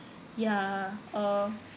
ya uh